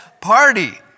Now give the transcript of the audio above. party